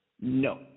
No